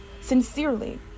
sincerely